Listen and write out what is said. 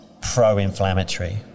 pro-inflammatory